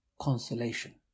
consolation